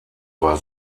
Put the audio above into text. war